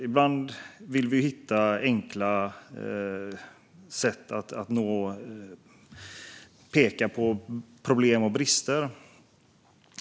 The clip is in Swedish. Ibland vill vi hitta enkla sätt att peka på problem och brister.